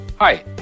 Hi